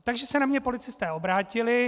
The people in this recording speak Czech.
Takže se na mě policisté obrátili.